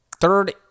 Third